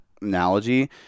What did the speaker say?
analogy